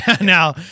Now